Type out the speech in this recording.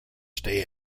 stay